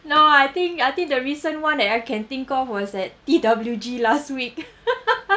no I think I think the recent one that I can think of was at T_W_G last week